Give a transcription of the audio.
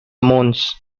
mons